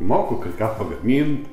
moku kai ką pagamint